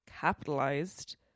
capitalized